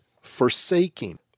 forsaking